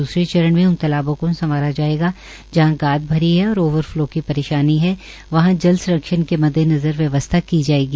दूसरे चरण में उन तालाबों को संवारा जाएगा जहां गाद भरी है और ओवर फ्लो की परेशानी है वहां जल संरक्षण के मद्देनजर व्यवस्था की जाएगी